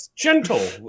gentle